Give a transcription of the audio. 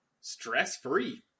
stress-free